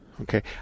Okay